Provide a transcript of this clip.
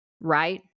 right